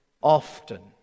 often